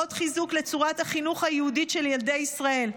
עוד חיזוק לצורת החינוך היהודית של ילדי ישראל.